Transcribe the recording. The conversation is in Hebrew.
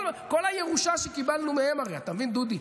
כל הירושה שקיבלנו מהם, אתה מבין, דודי,